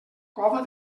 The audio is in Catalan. cova